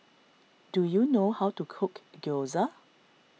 do you know how to cook Gyoza